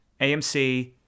AMC